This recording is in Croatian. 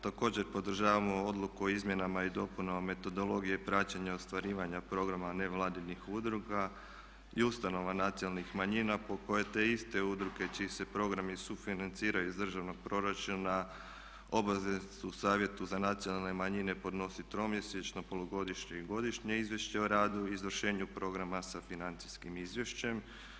Također, podržavamo odluku o izmjenama i dopunama metodologije praćenja ostvarivanja programa nevladinih udruga i ustanova nacionalnih manjina po kojoj te iste udruge čiji se programi sufinanciraju iz državnog proračuna obvezne su Savjetu za nacionalne manjine podnositi tromjesečno, polugodišnje i godišnje izvješće o radu i izvršenju programa sa financijskim izvješćem.